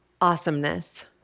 awesomeness